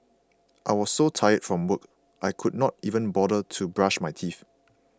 I was so tired from work I could not even bother to brush my teeth